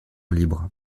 libre